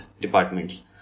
departments